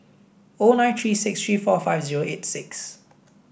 O nine three six three four five zero eight six